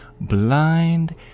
blind